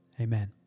Amen